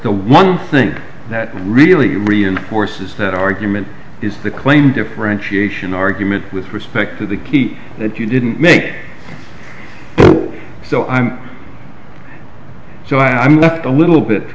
no one thing that really reinforces that argument is the claim differentiation argument with respect to the key that you didn't make so i'm so i'm left a little bit